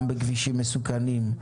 גם בכבישים מסוכנים,